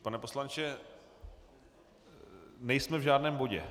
Pane poslanče, nejsme v žádném bodě.